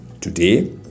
Today